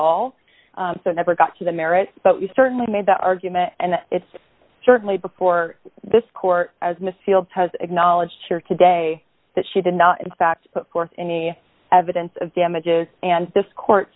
all so i never got to the merits but you certainly made that argument and it's certainly before this court as misfiled has acknowledged here today that she did not in fact put forth any evidence of damages and this court